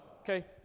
Okay